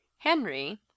henry